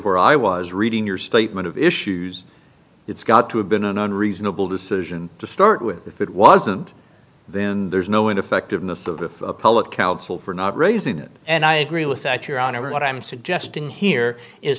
where i was reading your statement of issues it's got to have been an unreasonable decision to start with if it wasn't then there's no ineffectiveness of the public council for not raising it and i agree with that your honor what i'm suggesting here is